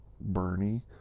Bernie